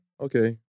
okay